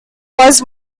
was